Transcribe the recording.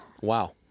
Wow